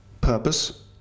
purpose